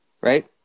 Right